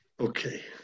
Okay